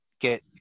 get